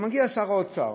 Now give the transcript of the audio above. מגיע שר האוצר